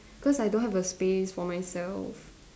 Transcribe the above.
because I don't have a space for myself